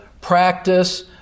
practice